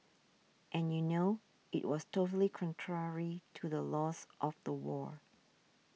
and you know it was totally contrary to the laws of the war